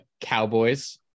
Cowboys